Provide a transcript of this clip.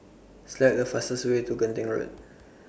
Select The fastest Way to Genting Road